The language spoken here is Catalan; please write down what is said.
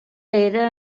era